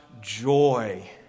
Joy